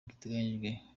biteganyijwe